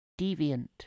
deviant